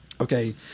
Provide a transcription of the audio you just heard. Okay